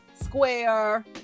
Square